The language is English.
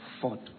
fought